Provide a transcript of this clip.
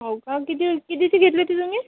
हो का किती कितीची घेतली होती तुम्ही